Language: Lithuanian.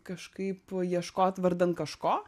kažkaip ieškot vardan kažko